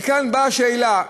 מכאן באה השאלה: